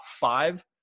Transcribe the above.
five